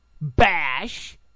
bash